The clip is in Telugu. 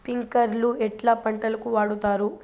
స్ప్రింక్లర్లు ఎట్లా పంటలకు వాడుతారు?